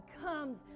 comes